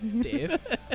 Dave